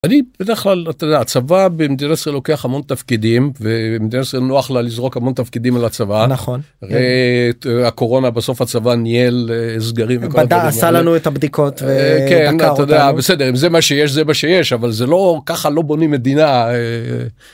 אני בדרך כלל, אתה יודע, הצבא במדינת ישראל לוקח המון תפקידים ובמדינת ישראל נוח לה לזרוק המון תפקידים על הצבא, הרי הקורונה בסוף הצבא ניהל סגרים וכל הדברים האלה. עשה לנו את הבדיקות. כן, אתה יודע, בסדר, אם זה מה שיש זה מה שיש, אבל זה לא, ככה לא בונים מדינה.